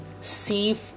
see